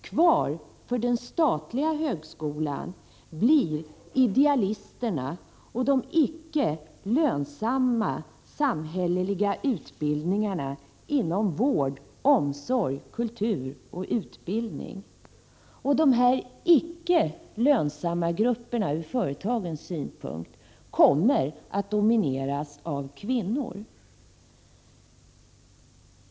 Kvar för den statliga högskolan blir idealisterna och de icke lönsamma samhälleliga utbildningarna inom vård, omsorg, kultur och utbildning. De ur företagens synpunkt icke lönsamma grupperna kommer att domineras av kvinnor.